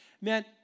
man